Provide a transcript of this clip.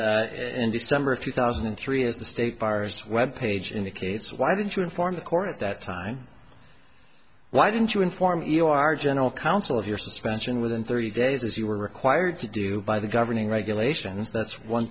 suspended in december of two thousand and three as the state bar's web page indicates why didn't you inform the court at that time why didn't you inform you our general counsel of your suspension within thirty days as you were required to do by the governing regulations that's one